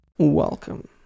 Welcome